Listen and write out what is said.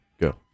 go